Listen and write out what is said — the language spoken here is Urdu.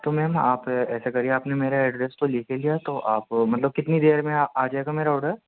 تو میم آپ ایسا کریئے آپ نے میرا ایڈرس تو لکھ ہی لیا ہے تو آپ مطلب کتنی دیر میں آ آ جائے گا میرا آرڈر